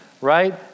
right